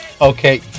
Okay